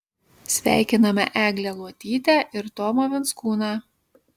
sveikiname eglę luotytę ir tomą venskūną